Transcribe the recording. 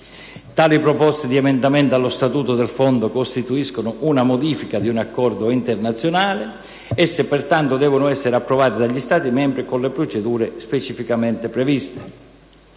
Tali proposte di emendamento allo Statuto del Fondo costituiscono una modifica di un accordo internazionale e, pertanto, devono essere approvate dagli Stati membri con le procedure specificamente previste.